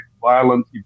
violent